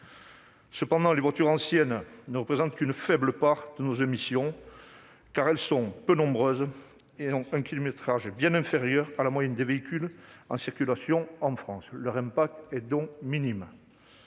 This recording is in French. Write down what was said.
Cependant, les voitures anciennes ne représentent qu'une faible part de nos émissions : elles sont peu nombreuses et parcourent, chaque année, un kilométrage bien inférieur à la moyenne des véhicules en circulation en France. Leur impact est donc minime.